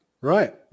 Right